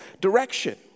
direction